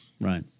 Right